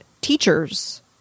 teachers